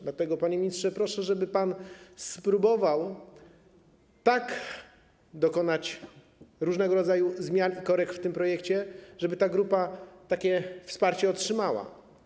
Dlatego, panie ministrze, proszę, żeby pan spróbował w taki sposób dokonać różnego rodzaju zmian i korekt w tym projekcje, żeby ta grupa takie wsparcie otrzymała.